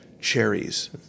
cherries